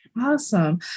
Awesome